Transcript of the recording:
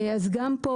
אז גם פה,